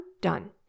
done